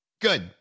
good